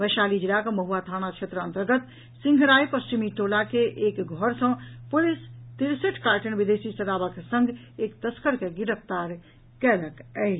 वैशाली जिलाक महुआ थाना क्षेत्र अन्तर्गत सिंहराय पश्चिमी टोला के एक घर सँ पुलिस तिरसठि कार्टन विदेशी शराबक संग एक तस्कर के गिरफ्तार कयलक अछि